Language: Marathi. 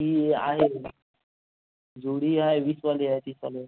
ही आहे जोडी आहे वीसवाली आहे तीसवाली आहे